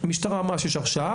המשטרה אמרה שיש הרשעה?